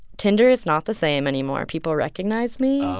tinder is not the same anymore people recognize me,